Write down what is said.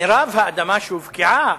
מירב האדמה שהופקעה